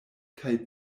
kaj